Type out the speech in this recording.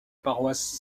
paroisse